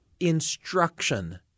instruction